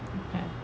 okay